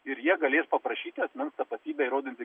ir jie galės paprašyti asmens tapatybę įrodantį